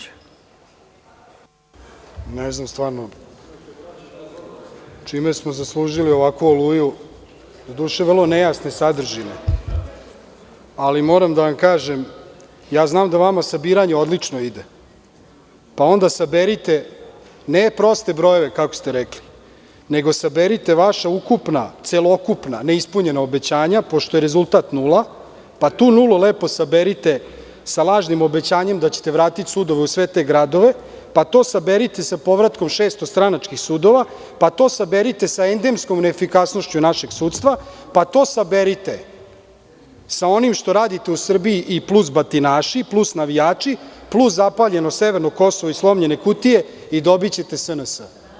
Ne znam stvarno čime smo zaslužili ovakvu oluju, doduše, vrlo nejasne sadržine, ali moram da vam kažem, znam da vama sabiranje odlično ide, pa onda saberite ne proste brojeve, kako ste rekli, nego saberite vaša ukupna, celokupna neispunjena obećanja, pošto je rezultat nula, pa tu nulu lepo saberite sa lažnim obećanjem da ćete vratiti sudove u sve te gradove, pa to saberite sa povratkom 600 stranačkih sudova, pa to saberite sa endemskom neefikasnošću našeg sudstva, pa to saberite sa onim što radite u Srbiji, plus batinaši, plus navijači, plus zapaljeno severno Kosovo i slomljene kutije i dobićete SNS.